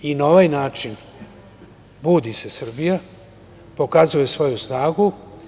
Na ovaj način budi se Srbija, pokazuje svoju snagu.